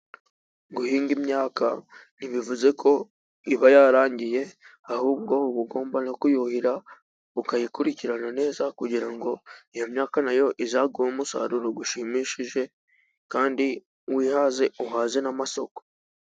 Guhinga imyaka ntibivuze ko biba byarangiye ahubwo uba ugomba no kuyuhira ukayikurikirana neza kugira ngo iyo myaka nayo izaguhe umusaruro ushimishije kandi wihaze uhaze n'amasoko.